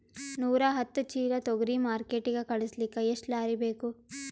ನೂರಾಹತ್ತ ಚೀಲಾ ತೊಗರಿ ಮಾರ್ಕಿಟಿಗ ಕಳಸಲಿಕ್ಕಿ ಎಷ್ಟ ಲಾರಿ ಬೇಕು?